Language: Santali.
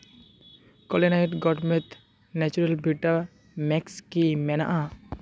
ᱠᱳᱞᱮᱱᱩᱴ ᱜᱚᱨᱢᱮᱱᱴ ᱱᱮᱪᱟᱨᱮᱞ ᱵᱷᱤᱴᱟ ᱢᱮᱠᱥ ᱠᱤ ᱢᱮᱱᱟᱜᱼᱟ